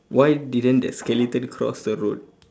why didn't the skeleton cross the road